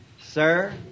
Sir